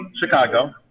Chicago